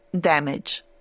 damage